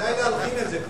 כדאי להלחין את זה כבר,